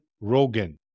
Rogan